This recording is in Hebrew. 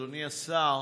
אדוני השר,